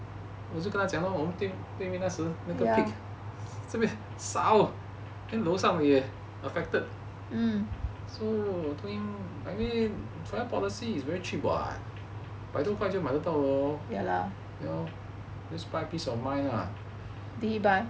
我就跟他讲 lor 我们对面那时那个在那边烧 ah 楼上也 affected so I tell him fire policy is very cheap [what] 百多块就买得到 lor ya lor just buy peace of mind lah